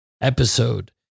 episode